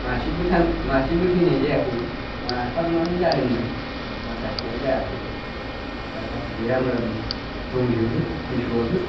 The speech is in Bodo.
मासेबो थैनाय जायाखै माथामानो जादोंमोन माखासेया जायाखै दा गासिबो राम राम दंजोबो मोसौआबो